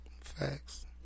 Facts